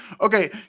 Okay